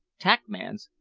tak mans,